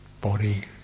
body